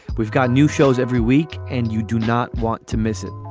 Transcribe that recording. we've got new shows every week and you do not want to miss it.